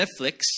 Netflix